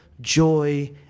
joy